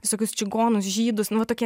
visokius čigonus žydus nu va tokie